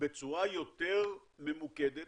בצורה יותר ממוקדת